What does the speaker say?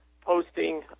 posting